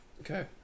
Okay